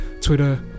Twitter